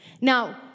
Now